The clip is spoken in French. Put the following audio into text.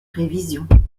révisions